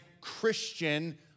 Christian